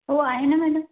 हो आहे ना मॅडम